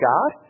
God